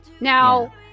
Now